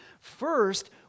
First